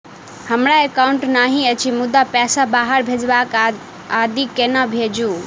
हमरा एकाउन्ट नहि अछि मुदा पैसा बाहर भेजबाक आदि केना भेजू?